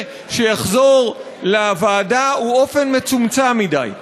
שיוחזר לוועדה הוא אופן מצומצם מדי.